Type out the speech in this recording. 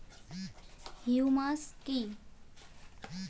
Humus কি?